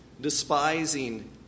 despising